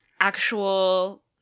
Actual